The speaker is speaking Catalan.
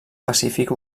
pacífic